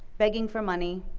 begging for money,